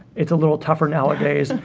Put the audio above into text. it's a little tougher nowadays,